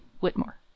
Whitmore